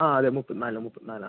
ആ അതെ മുപ്പത്തിനാല് മുപ്പത്തി നാലാണ്